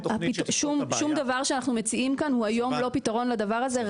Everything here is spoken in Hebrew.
שום דבר שאנחנו מציעים כאן הוא היום לא פתרון לדבר הזה,